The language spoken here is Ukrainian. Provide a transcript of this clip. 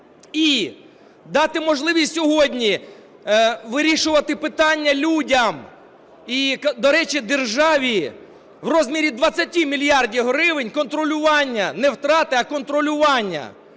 і дати можливість сьогодні вирішувати питання людям, і, до речі, державі в розмірі 20 мільярдів гривень контролювання (не втрата, а контролювання)